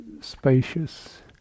spacious